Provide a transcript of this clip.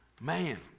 man